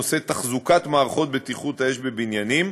בנושא תחזוקת מערכות בטיחות האש בבניינים,